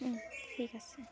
ঠিক আছে